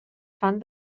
fan